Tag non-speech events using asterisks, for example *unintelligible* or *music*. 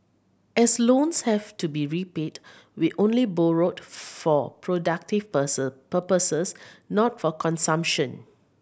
as loans have to be repaid we only borrowed for productive *unintelligible* purposes not for consumption